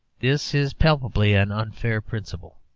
this is palpably an unfair principle.